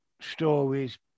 stories